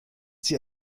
sie